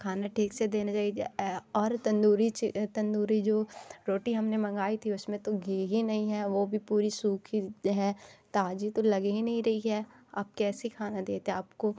खाना ठीक से देने और तंदूरी चि तंदूरी जो रोटी हमने मंगाई थी उसमें तो घी ही नहीं है वह भी पूरी सूखी है ताज़ी तो लग ही नहीं रही है आप कैसी खाना देते आपको